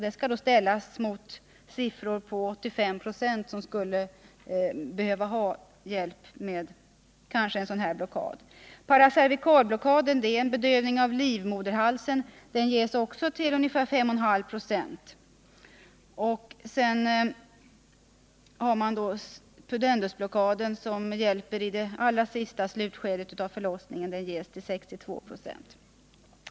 Det skall då ställas mot siffran 85 26 för dem som skulle behöva ha hjälp med kanske en sådan här metod.